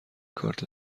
کارت